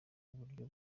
uburyo